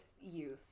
youth